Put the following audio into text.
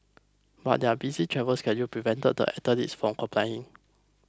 but their busy travel schedule prevented the athletes from complying